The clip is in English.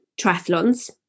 triathlons